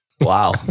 Wow